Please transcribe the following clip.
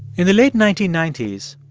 in the late nineteen ninety s,